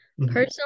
Personally